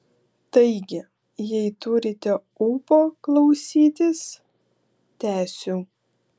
taigi jei turite ūpo klausytis tęsiu